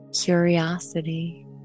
curiosity